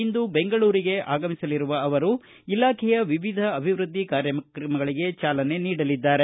ಇಂದು ಬೆಂಗಳೂರಿಗೆ ಆಗಮಿಸಲಿರುವ ಅವರು ಇಲಾಖೆಯ ವಿವಿಧ ಅಭಿವೃದ್ದಿ ಕಾರ್ಯಕ್ರಮಗಳಿಗೆ ಚಾಲನೆ ನೀಡಲಿದ್ದಾರೆ